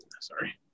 sorry